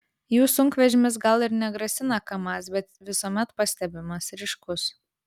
jų sunkvežimis gal ir negrasina kamaz bet visuomet pastebimas ryškus